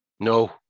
No